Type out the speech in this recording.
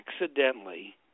accidentally